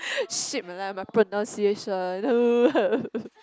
shit my life my pronunciation